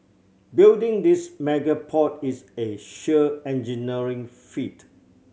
building this mega port is a sheer engineering feat